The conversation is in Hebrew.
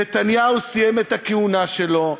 נתניהו סיים את הכהונה שלו.